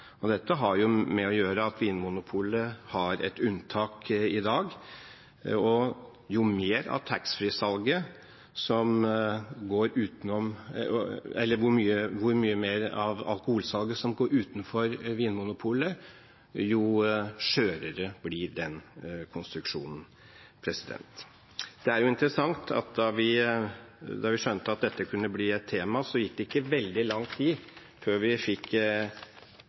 system.» Dette har med å gjøre at Vinmonopolet har et unntak i dag. Og jo mer av alkoholsalget som går utenom Vinmonopolet, jo skjørere blir den konstruksjonen. Det er interessant at da vi skjønte at dette kunne bli et tema, gikk det ikke veldig lang tid før vi fikk